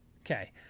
okay